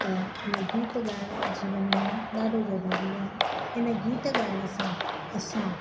त इहो गीत ॻाइणु जीवन में ॾाढो ज़रूरी आहे हिन गीत ॻाइण सां असां